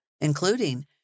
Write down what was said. including